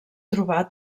trobar